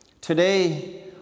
Today